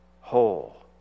whole